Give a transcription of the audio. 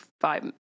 five